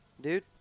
dude